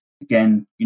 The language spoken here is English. Again